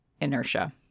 inertia